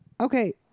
okay